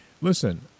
listen